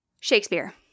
Shakespeare